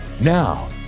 Now